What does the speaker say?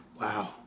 Wow